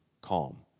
calm